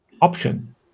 option